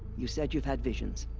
you said you've had visions.